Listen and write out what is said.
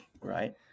right